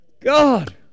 god